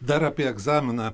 dar apie egzaminą